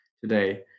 today